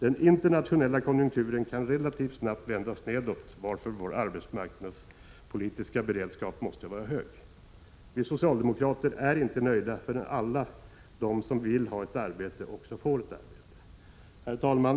Den internationella konjunkturen kan relativt snabbt vändas nedåt, varför vår arbetsmarknadspolitiska beredskap måste vara hög. Vi socialdemokrater är inte nöjda förrän alla de som vill ha ett arbete också får ett arbete. Herr talman!